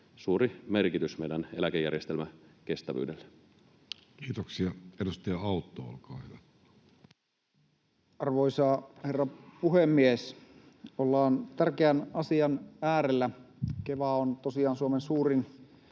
suuri merkitys meidän eläkejärjestelmän kestävyydelle. Kiitoksia. — Edustaja Autto, olkaa hyvä. Arvoisa herra puhemies! Ollaan tärkeän asian äärellä. Keva on tosiaan Suomen suurin